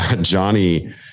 Johnny